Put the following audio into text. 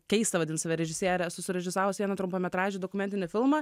keista vadint save režisiere esu surežisavus vieną trumpametražį dokumentinį filmą